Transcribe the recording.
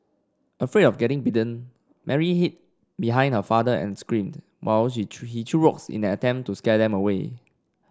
afraid of getting bitten Mary hid behind her father and screamed while she threw he threw rocks in an attempt to scare them away